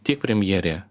tiek premjerė